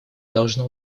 должно